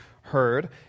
heard